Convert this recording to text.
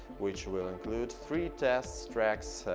which will include three test tracks,